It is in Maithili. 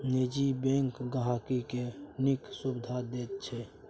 निजी बैंक गांहिकी केँ नीक सुबिधा दैत छै